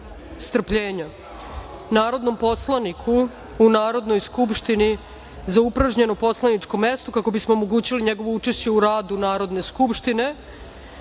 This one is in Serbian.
mandata narodnom poslaniku u Narodnoj skupštini za upražnjeno poslaničko mesto, kako bismo omogućili njegovo učešće u radu Narodne skupštine. Uručeno